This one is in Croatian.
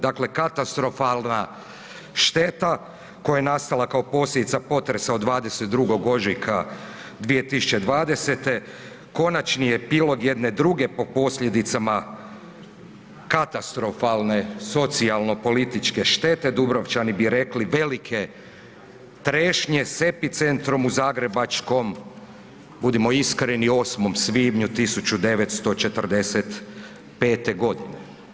Dakle, katastrofalna šteta koja je nastala kao posljedica potresa od 22. ožujka 2020. konačni je epilog jedne druge po posljedicama katastrofalne socijalno političke štete, Dubrovčani bi rekli velike trešnje s epicentrom u zagrebačkom, budimo iskreni 8. svibnja 1945. godine.